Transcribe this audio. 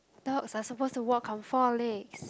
dogs are supposed to walk on four legs